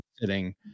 sitting